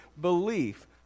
belief